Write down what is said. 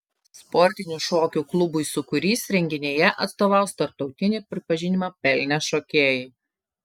sportinių šokių klubui sūkurys renginyje atstovaus tarptautinį pripažinimą pelnę šokėjai